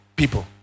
people